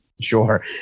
sure